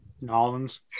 Nolans